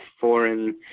foreign